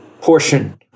portion